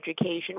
education